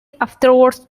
afterwards